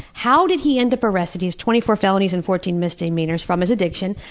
how did he end up arrested? he has twenty-four felonies and fourteen misdemeanors from his addiction.